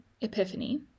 Epiphany